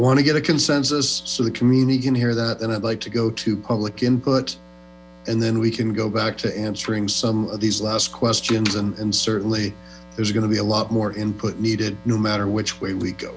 want to get a consensus so the community can hear that and i'd like to go to public input and then we can go back to answering some of these last questions and certainly there's going to be a lot more input needed no matter which way we go